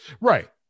Right